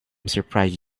surprised